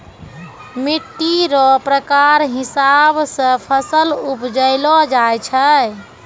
मिट्टी रो प्रकार हिसाब से फसल उपजैलो जाय छै